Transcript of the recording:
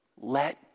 let